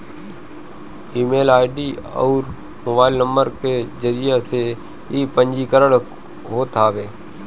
email ID अउरी mobile number के जरिया से इ पंजीकरण होत हवे